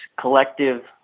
collective